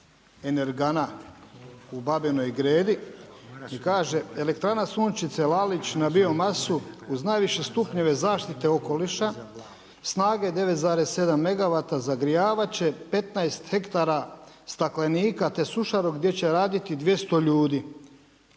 Energana u Babinoj Gredi i kaže „Elektrana Sunčice Lalić na biomasu uz najviše stupnje zaštite okoliša snage 9,7 megawata zagrijavat će 15 hektara staklenika te sušaru gdje će raditi 200 ljudi“.